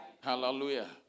Hallelujah